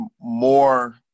more